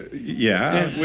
yeah,